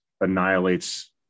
annihilates